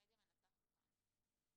המדיה מנצחת אותנו.